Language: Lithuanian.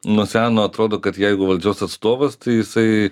nuo seno atrodo kad jeigu valdžios atstovas tai jisai